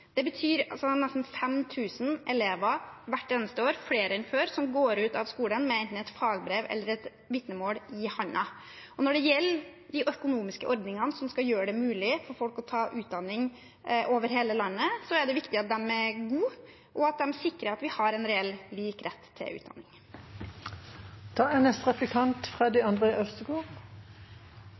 Det betyr at nesten 5 000 flere elver enn før går ut av skolen med enten et fagbrev eller et vitnemål i hånden, hvert eneste år. Når det gjelder de økonomiske ordningene som skal gjøre det mulig for folk å ta utdanning over hele landet, er det viktig at de er gode, og at de sikrer at vi har en reell lik rett til utdanning.